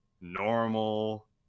normal